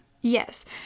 Yes